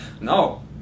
No